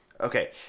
Okay